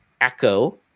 Echo